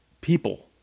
people